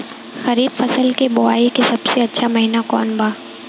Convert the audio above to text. खरीफ फसल के बोआई के सबसे अच्छा महिना कौन बा?